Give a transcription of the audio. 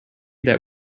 that